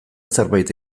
zerbait